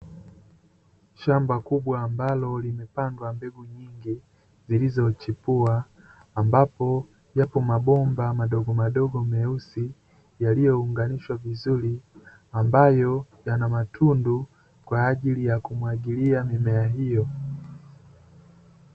Shamba kubwa ambalo limepandwa mbegu nyingi zilizochipua ambapo yapo mabomba madogo madogo meusi yaliyounganishwa vizuri ambayo yana matundu kwa ajili ya kumwagilia mimea hiyo.